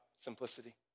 simplicity